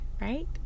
right